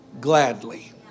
gladly